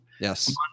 Yes